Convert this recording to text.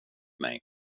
mig